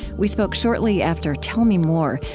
we spoke shortly after tell me more,